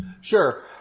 Sure